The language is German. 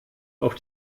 auf